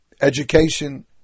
education